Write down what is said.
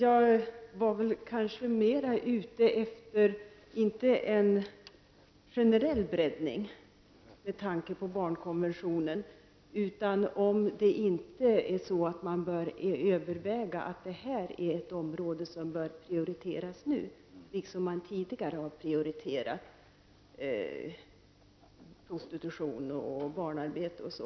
Herr talman! Jag var inte ute efter en generell breddning av barnkonventionen, utan kanske mera om man bör överväga om inte detta är ett område som nu borde prioriteras, liksom man tidigare har prioriterat problemen med prostitution och barnarbete.